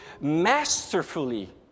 masterfully